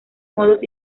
modos